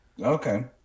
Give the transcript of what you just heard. Okay